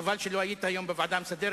חבל שלא היית היום בוועדה המסדרת,